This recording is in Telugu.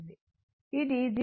ఇది 0